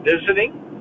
visiting